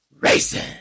racing